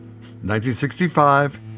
1965